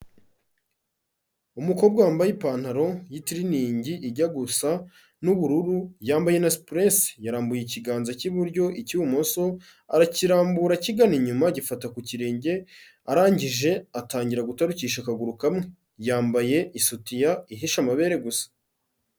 Umukobwa wambaye ipantaro y'itiriningi ijya gusa n'ubururu, yambaye na sipuresi. Yarambuye ikiganza cy'iburyo, icy'ibumoso arakirambura kigana inyuma gifata ku kirenge, arangije atangira gutarukisha akaguru kamwe. Yambaye isutiya ihishe amabere gusa.